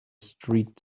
street